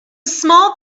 small